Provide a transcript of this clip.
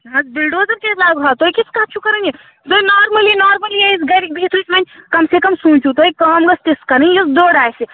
نہَ حظ بِلڈوزَر کیٛازِ لاگہاو تُہۍ کِژھ کَتھ چھُو کَران یہِ تۄہہِ نارمٔلی نارمٔلی أسۍ گَرِکۍ بِہتھ أسۍ وۅنۍ کَم سے کَم سوٗنٛچِو تۄہہِ کٲم گٔژھ تِژھ کَرٕنۍ یُس دٔر آسہِ